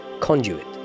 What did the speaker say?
conduit